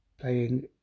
Playing